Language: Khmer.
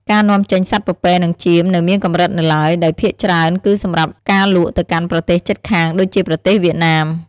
ការនាំចេញសត្វពពែនិងចៀមនៅមានកម្រិតនៅឡើយ ដោយភាគច្រើនគឺសម្រាប់ការលក់ទៅកាន់ប្រទេសជិតខាងដូចជាប្រទេសវៀតណាម។